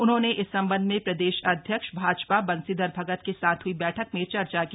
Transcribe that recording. उन्होंने इस संबंध में प्रदेश अध्यक्ष भाजपा बंशीधर भगत के साथ हई बैठक में चर्चा की